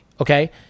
Okay